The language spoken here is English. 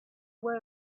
were